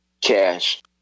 cash